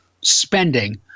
spending